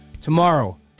tomorrow